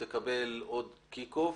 הוא יקבל עוד kick off,